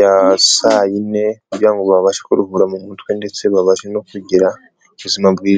ya saa yine kugira ngo babashe kuruhura mu mutwe ndetse babashe no kugira ubuzima bwiza.